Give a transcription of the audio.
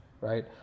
right